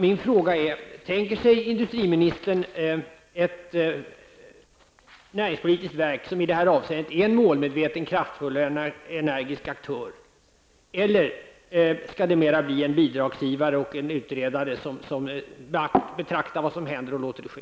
Min fråga är: Tänker sig industriministern ett näringspolitiskt verk som i detta avseende är en målmedveten, kraftfull, energisk aktör, eller skall verket bli mera av en bidragsgivare och utredare, som betraktar vad som händer och låter det ske?